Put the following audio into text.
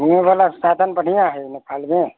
घुमैवला साधन बढ़िआँ हइ नेपालमे